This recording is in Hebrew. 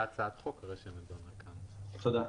תודה.